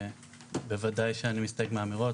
ובוודאי שאני מסתייג מהאמירות,